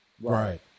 Right